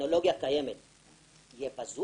הבקשה